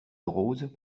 rose